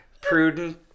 prudent